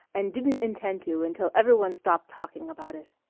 and didn't intend to until every one stopped talking about it.